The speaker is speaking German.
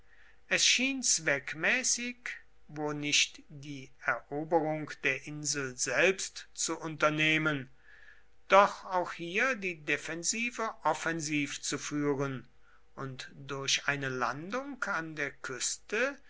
es schien zweckmäßig wo nicht die eroberung der insel selbst zu unternehmen doch auch hier die defensive offensiv zu führen und durch eine landung an der küste